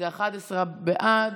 11 בעד,